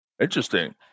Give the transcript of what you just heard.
interesting